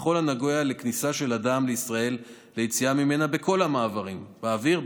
בכל הנוגע לכניסה של אדם לישראל ויציאה ממנה בכל המעברים: באוויר,